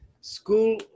School